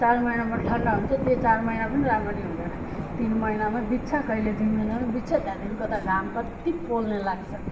चार महिनामा ठन्डा हुन्छ त्यो चार महिना पनि राम्ररी हुँदैन तिन महिनामा बित्छ कहिले दुई महिनामै बित्छ त्यहाँदेखिको त घाम कत्ति पोल्ने लाग्छ